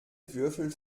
würfel